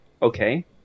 okay